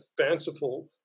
fanciful